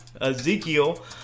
Ezekiel